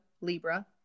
Libra